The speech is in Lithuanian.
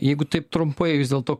jeigu taip trumpai vis dėlto